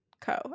Co